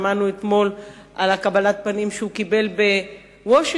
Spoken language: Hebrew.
שמענו אתמול על קבלת הפנים שהוא קיבל בוושינגטון,